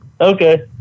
Okay